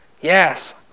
yes